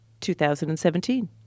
2017